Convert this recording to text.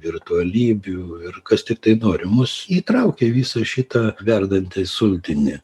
virtualybių ir kas tiktai nori mus įtraukia visą šitą verdantį sultinį